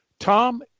Tom